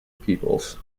peoples